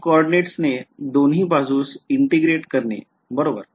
prime कोऑर्डिनेट्सने दोन्ही बाजूस integrate करणे बरोबर